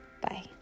Bye